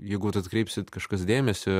jeigu vat atkreipsit kažkas dėmesį